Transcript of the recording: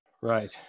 Right